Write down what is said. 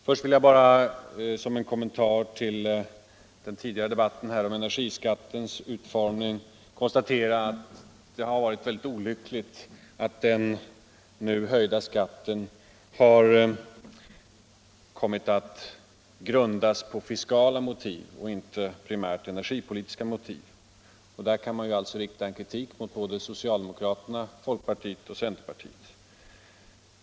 Först vill jag bara som en kommentar till den tidigare debatten om energiskattens utformning konstatera att det varit olyckligt att den nu höjda skatten kommit att grundas på fiskala motiv och inte primärt energipolitiska motiv. Där kan man rikta kritik mot socialdemokraterna, folkpartiet och centerpartiet.